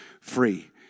free